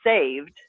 saved